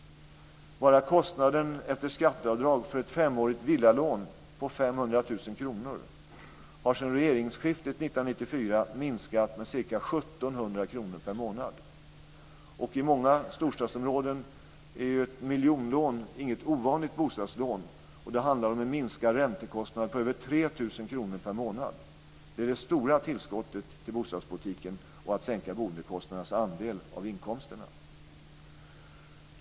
Bara kostnaden efter skatteavdrag för ett femårigt villalån på 500 000 kr har sedan regeringsskiftet 1994 minskat med ca 1 700 kr per månad. I många storstadsområden är miljonlån inget ovanligt bostadslån. Då handlar det om en minskad räntekostnad på över 3 000 kr per månad. Det är det stora tillskottet till bostadspolitiken för att sänka den andel som boendekostnaden tar av inkomsterna.